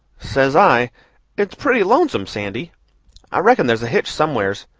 says i it's pretty lonesome, sandy i reckon there's a hitch somewheres.